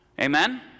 Amen